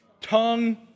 tongue